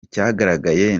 icyagaragaye